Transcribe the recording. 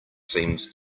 seemed